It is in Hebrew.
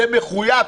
זה מחויב,